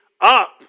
up